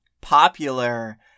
popular